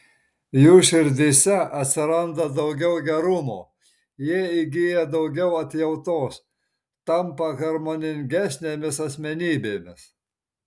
jų širdyse atsiranda daugiau gerumo jie įgyja daugiau atjautos tampa harmoningesnėmis asmenybėmis